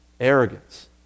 arrogance